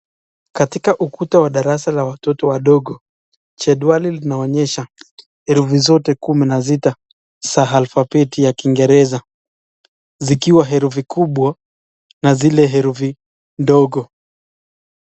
Katika ukuta wa darasa la watoto wadogo jedwali linaonyesha herufi zote kumi na sita za alfabeti ya kingereza, zikiwa herufi kubwa na zile herufi ndogo.